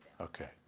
Okay